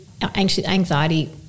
anxiety